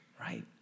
right